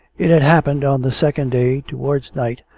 it had happened on the second day, towards night,